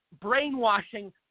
brainwashing